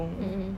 mm mm